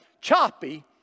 choppy